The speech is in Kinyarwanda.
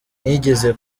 nigeze